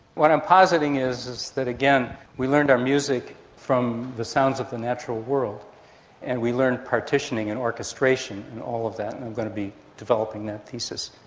what i'm positing is that, again, we learned our music from the sounds of the natural world and we learned partitioning and orchestration and all of that, and i'm going to be developing that thesis.